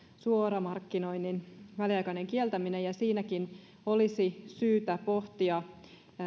suoramarkkinoinnin väliaikainen kieltäminen ja siinäkin olisi syytä pohtia